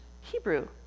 Hebrew